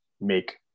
make